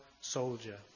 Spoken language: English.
soldier